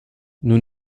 nous